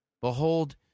Behold